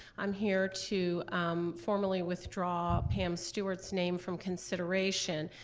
i'm here to um formally withdraw pam stewart's name from consideration.